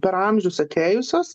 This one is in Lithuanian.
per amžius atėjusios